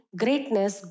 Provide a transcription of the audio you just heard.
greatness